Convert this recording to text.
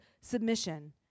submission